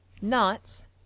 knots